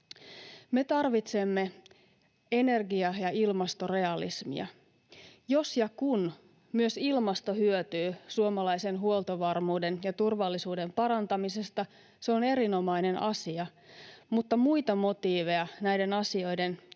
Me tarvitsemme energia- ja ilmastorealismia. Jos ja kun myös ilmasto hyötyy suomalaisen huoltovarmuuden ja turvallisuuden parantamisesta, se on erinomainen asia, mutta muita motiiveja näiden asioiden